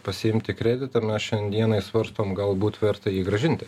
pasiimti kreditą ir mes šiandieną svarstom galbūt verta jį grąžinti